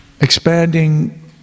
Expanding